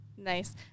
Nice